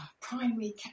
Primary